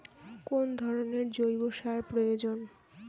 কোন ধরণের জৈব সার প্রয়োজন?